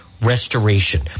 restoration